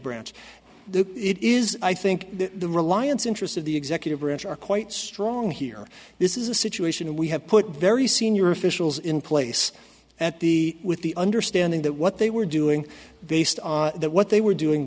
branch it is i think the reliance interest of the executive branch are quite strong here this is a situation we have put very senior officials in place at the with the understanding that what they were doing based on what they were doing